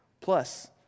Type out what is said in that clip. Plus